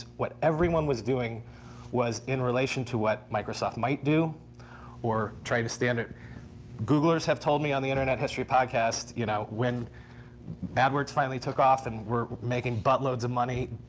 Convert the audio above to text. what everyone was doing was in relation to what microsoft might do or try to stand googlers have told me on the internet history podcast you know when but adwords finally took off and were making butt loads of money,